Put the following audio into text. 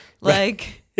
like-